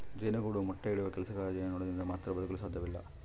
ಜೇನುಗೂಡು ಮೊಟ್ಟೆ ಇಡುವ ಕೆಲಸಗಾರ ಜೇನುನೊಣದಿಂದ ಮಾತ್ರ ಬದುಕಲು ಸಾಧ್ಯವಿಲ್ಲ